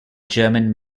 german